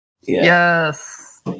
Yes